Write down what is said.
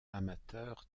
amateur